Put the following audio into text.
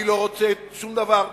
אני לא רוצה שום דבר.